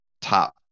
top